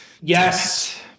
Yes